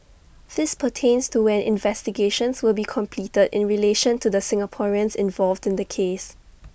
this pertains to when investigations will be completed in relation to the Singaporeans involved in the case